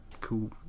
cool